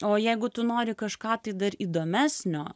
o jeigu tu nori kažką tai dar įdomesnio